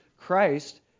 Christ